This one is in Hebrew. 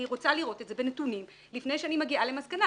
אני רוצה לראות את זה בנתונים לפני שאני מגיעה למסקנה,